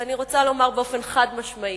ואני רוצה לומר באופן חד-משמעי: